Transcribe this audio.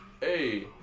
hey